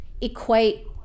equate